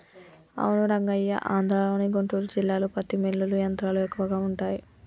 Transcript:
అవును రంగయ్య ఆంధ్రలోని గుంటూరు జిల్లాలో పత్తి మిల్లులు యంత్రాలు ఎక్కువగా ఉంటాయి